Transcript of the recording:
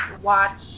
watch